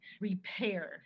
repair